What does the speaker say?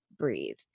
Breathe